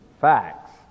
facts